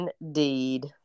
indeed